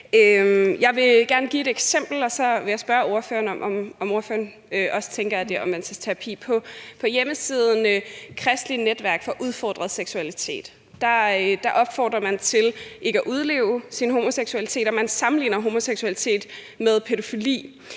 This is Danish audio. Jeg vil gerne give et eksempel, og så vil jeg spørge ordføreren, om ordføreren også tænker, at det er omvendelsesterapi. På hjemmesiden for Kristent Netværk omkring Udfordret Seksualitet opfordrer man til ikke at udleve sin homoseksualitet, og man sammenligner homoseksualitet med pædofili,